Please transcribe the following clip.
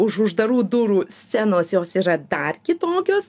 už uždarų durų scenos jos yra dar kitokios